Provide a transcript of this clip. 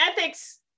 ethics